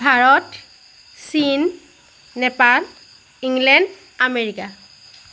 ভাৰত চীন Nepal England America